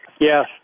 Yes